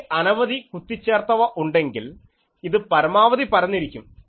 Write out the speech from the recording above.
എനിക്ക് അനവധി കുത്തിച്ചേർത്തവ ഉണ്ടെങ്കിൽ ഇത് പരമാവധി പരന്നിരിക്കും